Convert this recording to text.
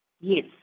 Yes